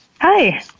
Hi